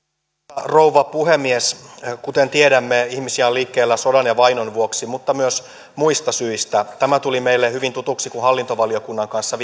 rouva puhemies kuten tiedämme ihmisiä on liikkeellä sodan ja vainon vuoksi mutta myös muista syistä tämä tuli meille hyvin tutuksi kun hallintovaliokunnan kanssa